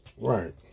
Right